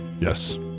yes